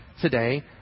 today